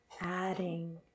adding